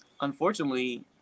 unfortunately